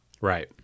Right